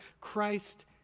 Christ